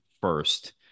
first